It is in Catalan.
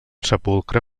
sepulcre